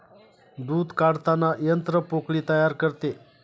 दूध काढताना यंत्र पोकळी तयार करते